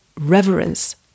reverence